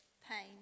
pain